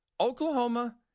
Oklahoma